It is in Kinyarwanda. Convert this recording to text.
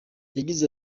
yagize